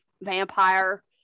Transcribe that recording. vampire